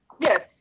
Yes